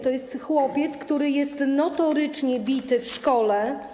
To jest chłopiec, który jest notorycznie bity w szkole.